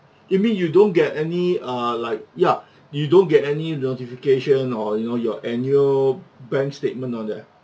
you mean you don't get any uh like ya you don't get any notification or you know your annual bank statement all that